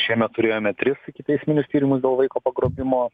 šiemet turėjome tris ikiteisminius tyrimus dėl vaiko pagrobimo